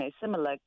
similar